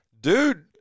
Dude